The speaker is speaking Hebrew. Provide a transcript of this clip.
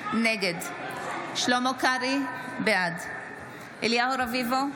נגד שלמה קרעי, בעד אליהו רביבו,